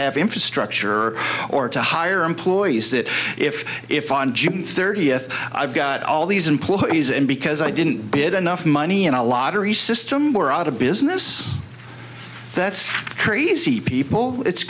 have infrastructure or to hire employees that if if on june thirtieth i've got all these employees and because i didn't bid enough money in a lottery system we're out a business that's crazy people it's